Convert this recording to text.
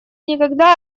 никогда